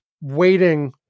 waiting